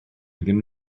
ddim